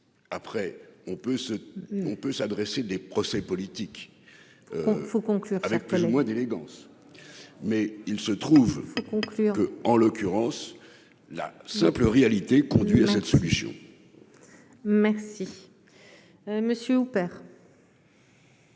se on peut s'adresser des procès politiques faut on avec plus ou moins d'élégance, mais il se trouve que, en l'occurrence la simple réalité conduit à cette solution. Merci monsieur ou père.